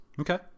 Okay